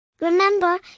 Remember